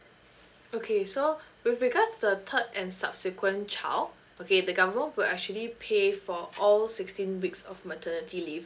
okay so with regards the third and subsequent child okay the government will actually pay for all sixteen weeks of maternity leave